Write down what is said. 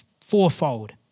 fourfold